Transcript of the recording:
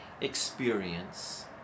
experience